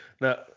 Now